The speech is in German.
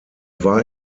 war